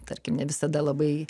tarkim ne visada labai